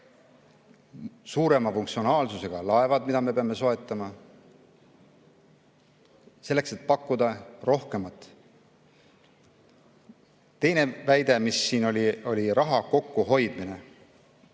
suurema funktsionaalsusega laevad, mis me peame soetama, selleks et pakkuda rohkemat. Teine väide, mis siin oli, oli raha kokkuhoidmine.